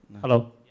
Hello